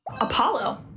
Apollo